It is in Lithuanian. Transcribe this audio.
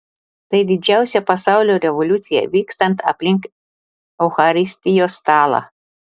tai didžiausia pasaulio revoliucija vykstanti aplink eucharistijos stalą